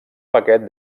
paquet